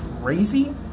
crazy